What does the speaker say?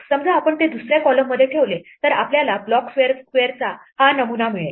समजा आपण ते दुसऱ्या columnमध्ये ठेवले तर आपल्याला ब्लॉक स्क्वेअरचा हा नमुना मिळेल